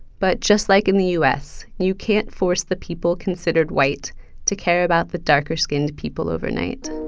but just like in the u s, you can't force the people considered white to care about the darker skinned people overnight.